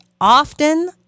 often